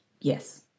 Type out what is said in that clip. Yes